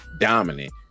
dominant